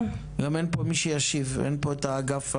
גם אין פה מי שישיב, אין פה את האגף הרלוונטי.